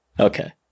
Okay